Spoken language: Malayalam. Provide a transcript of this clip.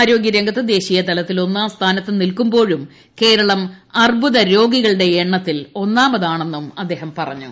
ആരോഗ്യരംഗത്ത് ്ദേ്ശീയതലത്തിൽ ഒന്നാം സ്ഥാനത്ത് നിൽക്കുമ്പോഴും ്രകേർളം ക്യാൻസർ രോഗികളുടെ എണ്ണത്തിൽ ഒന്നാമതാണ്ട്സ്നും അദ്ദേഹം പറഞ്ഞു